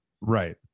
Right